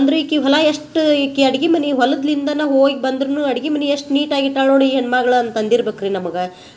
ಬಂದರು ಈಕಿ ಹೊಲ ಎಷ್ಟು ಈಕಿ ಅಡ್ಗಿ ಮನೆ ಹೊಲದ್ಲಿಂದನ ಹೋಯ್ ಬಂದರೂನು ಅಡ್ಗಿ ಮನೆ ಎಷ್ಟು ನೀಟಾಗಿಟ್ಟಾಳೆ ನೋಡಿ ಈ ಹೆಣ್ಮಗ್ಳು ಅಂತ ಅಂದಿರ್ಬೆಕ್ರಿ ನಮ್ಗೆ